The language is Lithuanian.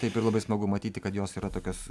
taip ir labai smagu matyti kad jos yra tokios